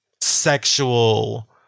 sexual